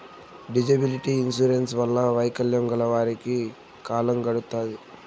disability insurance వల్ల వైకల్యం గల వారికి కాలం గడుత్తాది